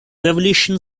revolution